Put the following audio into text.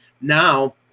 Now